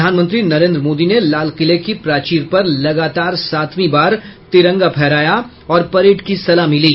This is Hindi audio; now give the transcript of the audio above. प्रधानमंत्री नरेंद्र मोदी ने लाल किले की प्राचीर पर लगातार सातवीं बार तिरंगा फहराया और परेड की सलामी ली